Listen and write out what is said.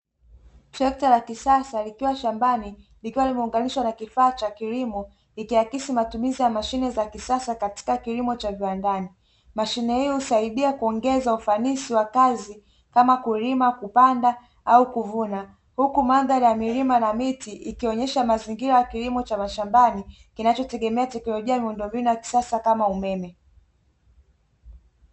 Trekta la kisasa likiwa shambani likiwa limeunganishwa na kifaa cha kilimo, likiakisisi matumizi ya mashine za kisasa katika kilimo cha viwandani. Mashine hiyo husaidia kuongeza ufanisi wa kazi kama kulima, kupanda, au kuvuna; huku mandhari ya milima na miti ikionyesha mazingira ya kilimo cha mashambani, kinachotegemea teknolojia miundombinu ya kisasa kama umeme.